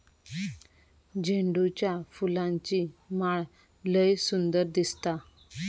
झेंडूच्या फुलांची माळ लय सुंदर दिसता